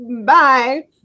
bye